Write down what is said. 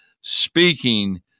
speaking